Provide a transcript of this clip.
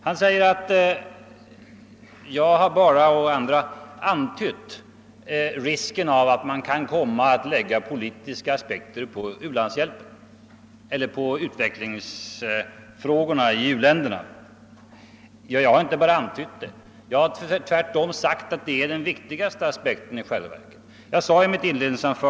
Han säger att jag och andra »antytt» risken av att man kan komma att lägga politiska aspekter på utvecklingsfrågorna i u-länderna. Jag har inte bara antytt det. Tvärtom har jag sagt att det är den viktigaste aspekten.